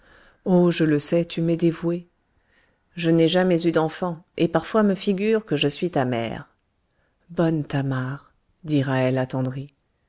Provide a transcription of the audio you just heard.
oh je le sais tu m'es dévouée je n'ai jamais eu d'enfants et parfois je me figure que je suis ta mère bonne thamar dit